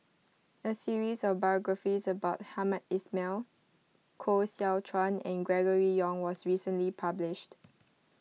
a series of biographies about Hamed Ismail Koh Seow Chuan and Gregory Yong was recently published